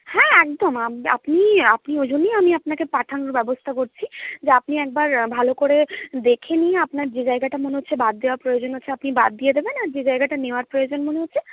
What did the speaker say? হ্যাঁ একদম আম আপনি আপনি ওই জন্যই আমি আপনাকে পাঠানোর ব্যবস্থা করছি যে আপনি একবার ভালো করে দেখে নিয়ে আপনার যে জায়গাটা মনে হচ্ছে বাদ দেওয়া প্রয়োজন আছে আপনি বাদ দিয়ে দেবেন আর যে জায়গাটা নেওয়ার প্রয়োজন মনে হয়েছে